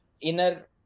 inner